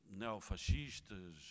neofascistas